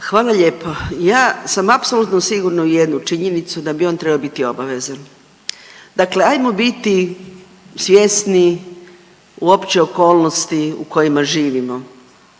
Hvala lijepo. Ja sam apsolutno sigurna u jednu činjenicu, da bi on trebao biti obavezan. Dakle, ajmo biti svjesni uopće okolnosti u kojima živimo